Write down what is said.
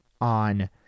on